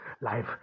life